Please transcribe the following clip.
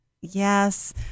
yes